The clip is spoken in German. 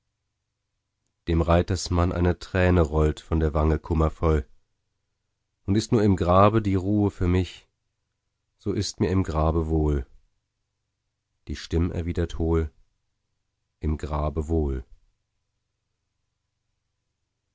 dem reitersmann eine trane träne rollt von der wange kummervoll und ist nur im grabe die ruhe für mich so ist mir im grabe wohl die stimm erwidert hohl im grabe wohl